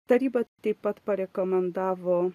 taryba taip pat parekomendavo